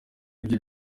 byo